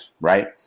right